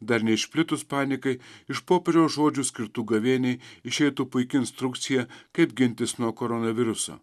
dar neišplitus panikai iš popiežiaus žodžių skirtų gavėniai išeitų puiki instrukcija kaip gintis nuo koronaviruso